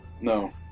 No